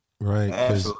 Right